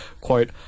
quote